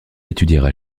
étudiera